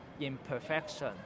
imperfection